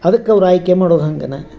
ಅದಕ್ಕವ್ರು ಆಯ್ಕೆ ಮಾಡುದು ಹಂಗೇನ